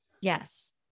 Yes